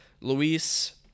Luis